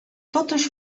toteż